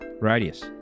radius